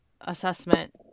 assessment